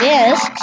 Yes